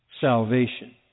salvation